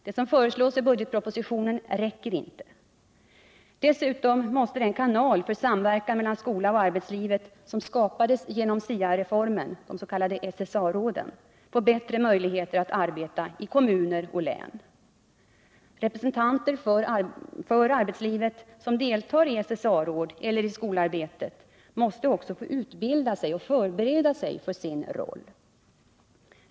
Det som föreslås i budgetpropositionen räcker inte. Dessutom måste den kanal för samverkan mellan skolan och arbetslivet som skapades genom SIA reformen — de s.k. SSA-råden — få bättre möjligheter att arbeta i kommuner och län. Representanter för arbetslivet som deltar i SSA-råd eller i skolarbetet måste också få utbilda sig och förbereda sig för sin roll.